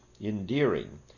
endearing